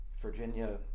Virginia